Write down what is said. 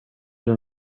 den